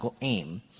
aim